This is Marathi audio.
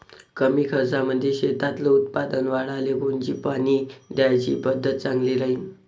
कमी खर्चामंदी शेतातलं उत्पादन वाढाले कोनची पानी द्याची पद्धत चांगली राहीन?